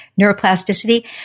neuroplasticity